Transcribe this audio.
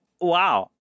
wow